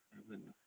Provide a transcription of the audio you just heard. haven't ah